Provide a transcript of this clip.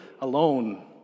alone